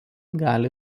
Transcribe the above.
gali